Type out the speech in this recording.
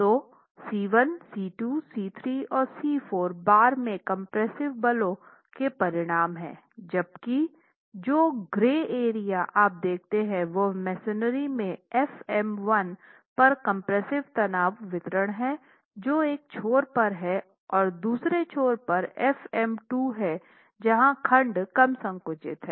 तो C 1 C 2 C 3 और C 4 bar में कम्प्रेसिव बलों के परिणाम हैं जबकि जो ग्रे क्षेत्र आप देखते हैं वह मेसनरी में f m1 पर कम्प्रेस्सिव तनाव वितरण है जो एक छोर पर है और दूसरे छोर पर f m2 है जहां खंड कम संकुचित है